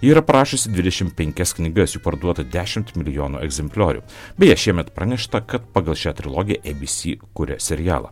ji yra parašiusi dvidešim penkias knygas parduota dešimt milijonų egzempliorių beje šiemet pranešta kad pagal šią trilogiją eibysy kuria serialą